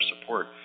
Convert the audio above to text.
support